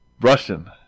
Russian